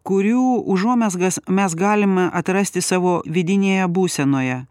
kurių užuomazgas mes galime atrasti savo vidinėje būsenoje